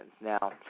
Now